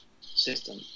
system